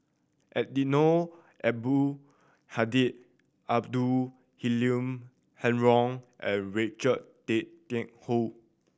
Eddino Abdul Hadi Abdul Halim Haron and Richard Tay Tian Hoe